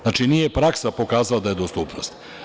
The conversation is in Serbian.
Znači, nije praksa pokazala dostupnost.